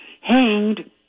hanged